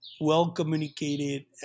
well-communicated